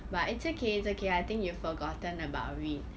but it's okay it's okay I think you've forgotten about it